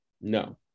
no